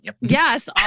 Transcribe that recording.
Yes